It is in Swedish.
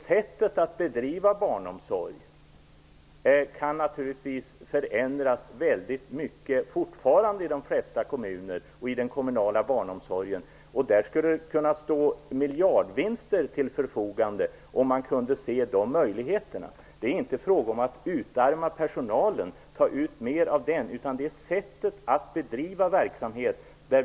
Sättet att bedriva barnomsorg kan naturligtvis fortfarande förändras mycket i de flesta kommuner och i den kommunala barnomsorgen. Om man såg möjligheterna skulle miljardvinster kunna skapas. Det är inte fråga om att utarma personalen, utan det är fråga om sättet att bedriva verksamheter.